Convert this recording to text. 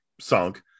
sunk